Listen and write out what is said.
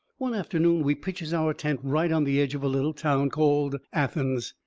one afternoon we pitches our tent right on the edge of a little town called athens.